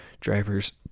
Drivers